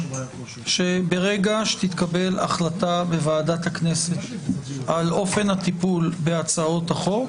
שברגע שתתקבל החלטה בוועדת הכנסת על אופן הטיפול בהצעות החוק,